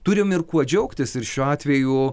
turim ir kuo džiaugtis ir šiuo atveju